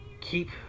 keep